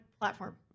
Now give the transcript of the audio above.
platform